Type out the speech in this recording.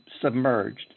submerged